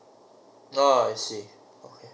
oh I see okay